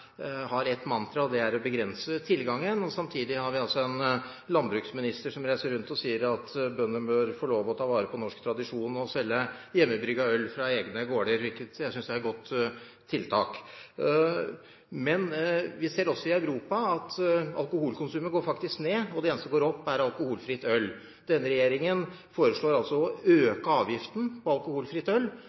reiser rundt og sier at bøndene bør få lov til å ta vare på norsk tradisjon og selge hjemmebrygget øl fra egne gårder, hvilket jeg synes er et godt tiltak. Vi ser også i Europa at alkoholkonsumet faktisk går ned, og det eneste som går opp, er alkoholfritt øl. Denne regjeringen foreslår å øke avgiften på alkoholfritt øl.